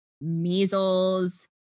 measles